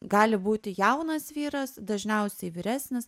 gali būti jaunas vyras dažniausiai vyresnis